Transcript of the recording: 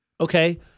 Okay